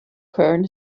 current